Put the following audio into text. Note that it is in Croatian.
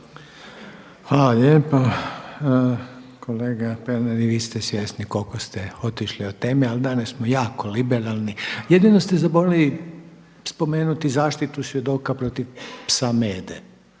Hvala lijepa. Kolega Pernar i vi ste svjesni koliko ste otišli od teme, ali danas smo jako liberalni. Jedino ste zaboravili spomenuti zaštitu svjedoka protiv psa Mede,